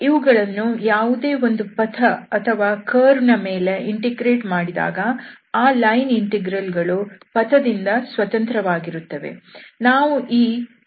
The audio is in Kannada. ಇವುಗಳನ್ನು ಯಾವುದೇ ಒಂದು ಪಥ ಅಥವಾ ಕರ್ವ್ ನ ಮೇಲೆ ಇಂಟಿಗ್ರೇಟ್ ಮಾಡಿದಾಗ ಆ ಲೈನ್ ಇಂಟೆಗ್ರಲ್ ಗಳು ಪಥದಿಂದ ಸ್ವತಂತ್ರವಾಗಿರುತ್ತವೆ